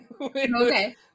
Okay